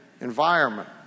environment